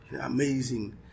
Amazing